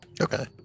okay